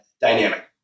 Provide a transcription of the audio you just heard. dynamic